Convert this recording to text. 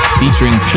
featuring